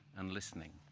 and listening.